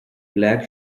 black